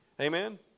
Amen